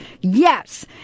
Yes